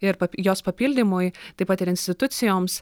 ir jos papildymui taip pat ir institucijoms